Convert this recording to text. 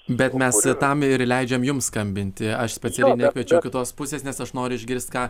bet mes tam ir leidžiam jums skambinti aš specialiai nekviečiau kitos pusės nes aš noriu išgirst ką